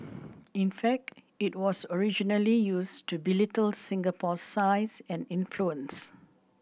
in fact it was originally used to belittle Singapore's size and influence